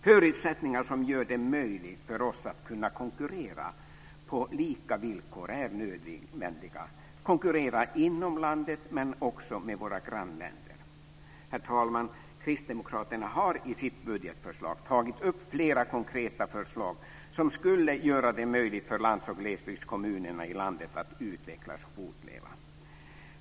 Förutsättningar som gör det möjligt för oss att konkurrera på lika villkor är nödvändiga, inom landet men också med våra grannländer. Herr talman! Kristdemokraterna har i sitt budgetförslag tagit upp flera konkreta förslag som skulle göra det möjligt för lands och glesbygdskommunerna i landet att utvecklas och fortleva.